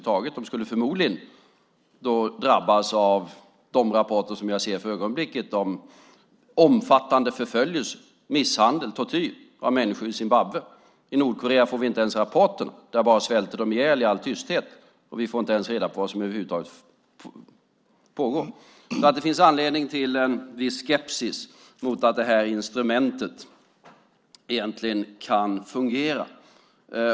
De skulle förmodligen drabbas av det som framgår av de rapporter som jag ser för ögonblicket, nämligen omfattande förföljelse, misshandel och tortyr, när det gäller människor i Zimbabwe. I Nordkorea får vi inte ens någon rapport. Där svälter de bara ihjäl i all tysthet. Vi får inte ens reda på vad som pågår. Det finns anledning till viss skepsis mot att det här instrumentet kan fungera.